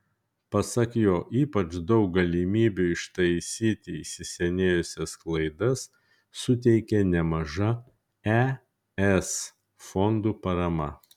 pasak jo ypač daug galimybių ištaisyti įsisenėjusias klaidas suteikė nemaža es fondų parama